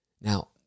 Now